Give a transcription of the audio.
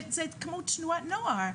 זה כמו תנועת נוער.